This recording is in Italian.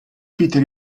peter